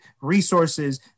resources